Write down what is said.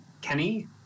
Kenny